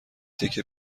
تکه